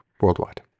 worldwide